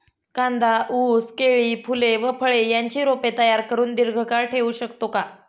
कांदा, ऊस, केळी, फूले व फळे यांची रोपे तयार करुन दिर्घकाळ ठेवू शकतो का?